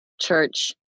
church